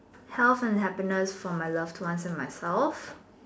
health and happiness for my loved ones and myself